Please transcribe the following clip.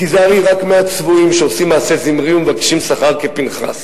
תיזהרי רק מהצבועים שעושים מעשה זמרי ומבקשים שכר כפנחס.